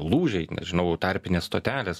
lūžiai nežinau tarpinės stotelės